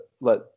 let